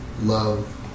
love